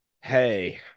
hey